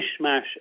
mishmash